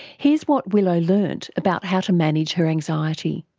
here's what willow learnt about how to manage her anxiety.